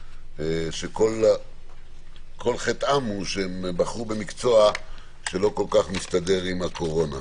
שכל חטאם הוא שהם בחרו במקצוע שלא כל כך מסתדר עם הקורונה.